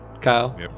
kyle